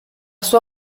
sua